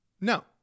No